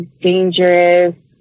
dangerous